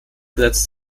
grenzt